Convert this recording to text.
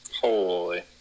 Holy